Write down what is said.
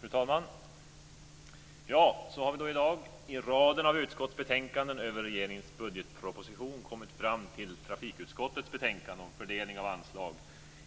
Fru talman! Så har vi då i dag, i raden av utskottsbetänkanden över regeringens buddgetproposition, kommit fram till trafikutskottets betänkande om fördelning av anslag